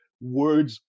words